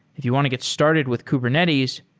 if you want to get started with kubernetes,